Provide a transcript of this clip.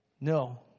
no